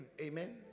Amen